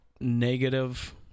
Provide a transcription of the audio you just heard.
negative